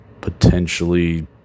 potentially